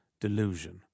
delusion